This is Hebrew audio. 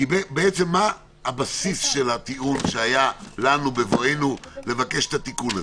בעצם מה הבסיס לטיעון שהיה לנו בבואנו לבקש את התיקון הזה?